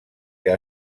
que